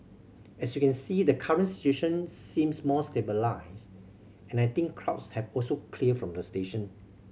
as you can see the current situation seems more stabilised and I think crowds have also cleared from the station